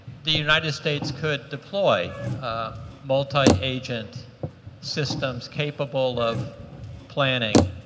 the united states could deploy multi agent systems capable of planning